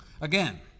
Again